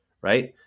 right